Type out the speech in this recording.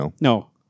No